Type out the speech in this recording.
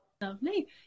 Lovely